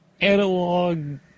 analog